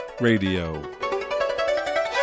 Radio